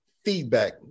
feedback